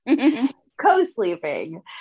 Co-Sleeping